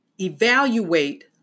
evaluate